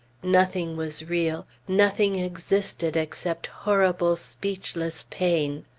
nothing was real, nothing existed except horrible speechless pain.